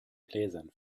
gläsern